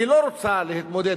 אני לא רוצה להתמודד,